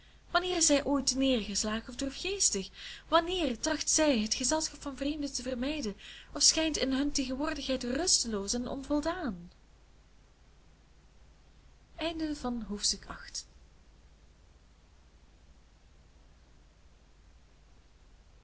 wanneer is zij ooit terneergeslagen of droefgeestig wanneer tracht zij het gezelschap van vreemden te vermijden of schijnt in hunne tegenwoordigheid rusteloos en onvoldaan